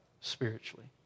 spiritually